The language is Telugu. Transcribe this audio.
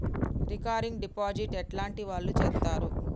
రికరింగ్ డిపాజిట్ ఎట్లాంటి వాళ్లు చేత్తరు?